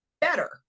better